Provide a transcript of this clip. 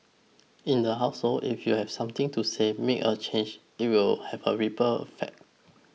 in the household if you've something to say make a change it will have a ripple effect